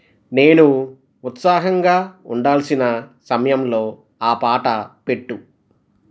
నేను ఉత్సాహంగా ఉండాల్సిన సమయంలో ఆ పాట పెట్టు